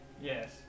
yes